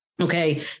okay